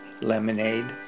lemonade